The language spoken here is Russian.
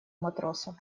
матросом